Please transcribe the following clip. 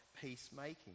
peacemaking